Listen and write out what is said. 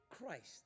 Christ